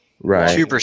right